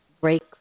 break